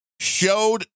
showed